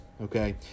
Okay